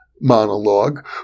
monologue